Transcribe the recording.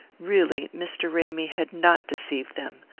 really, mr. ramy had not deceived them.